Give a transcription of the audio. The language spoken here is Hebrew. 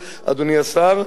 היושב-ראש,